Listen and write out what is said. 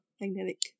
magnetic